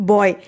Boy